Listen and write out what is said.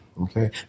okay